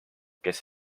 kes